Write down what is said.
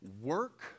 Work